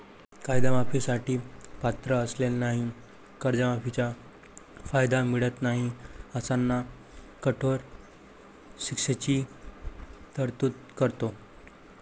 कर्जमाफी साठी पात्र असलेल्यांनाही कर्जमाफीचा कायदा मिळत नाही अशांना कठोर शिक्षेची तरतूद करतो